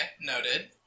Noted